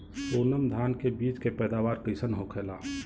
सोनम धान के बिज के पैदावार कइसन होखेला?